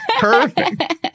perfect